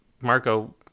marco